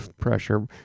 pressure